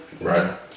right